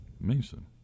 Mason